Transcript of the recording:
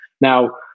Now